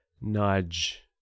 nudge